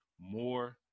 more